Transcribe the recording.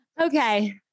okay